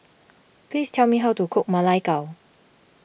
please tell me how to cook Ma Lai Gao